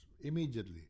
Immediately